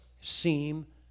seem